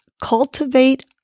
Cultivate